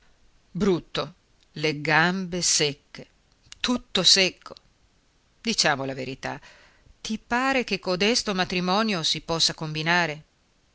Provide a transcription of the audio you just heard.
brutto le gambe secche tutto secco diciamo la verità ti pare che codesto matrimonio si possa combinare